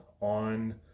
on